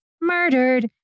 murdered